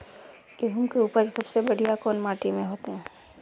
गेहूम के उपज सबसे बढ़िया कौन माटी में होते?